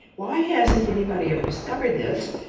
why hasn't anybody ever discovered this?